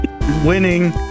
Winning